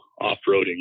off-roading